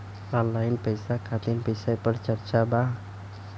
Online पैसा खातिर विषय पर चर्चा वा?